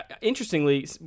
interestingly